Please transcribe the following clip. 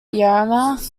yarmouth